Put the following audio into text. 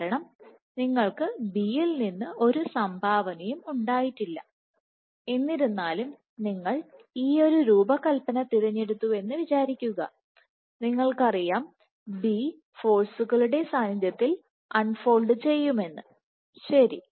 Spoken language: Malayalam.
കാരണം നിങ്ങൾ B യിൽ നിന്ന് ഒരു സംഭാവനയും ഉണ്ടായിട്ടില്ല എന്നിരുന്നാലും നിങ്ങൾ ഈയൊരു രൂപകൽപ്പന തിരഞ്ഞെടുത്തുവെന്ന് വിചാരിക്കുക നിങ്ങൾക്കറിയാം ബി ഫോഴ്സുകളുടെ സാന്നിധ്യത്തിൽ അൺ ഫോൾഡ് ചെയ്യുമെന്ന് ശരി